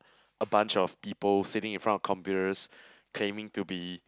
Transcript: a bunch of people sitting in front of computers claiming to be